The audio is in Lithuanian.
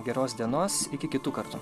geros dienos iki kitų kartų